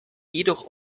jedoch